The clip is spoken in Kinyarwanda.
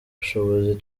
bushobozi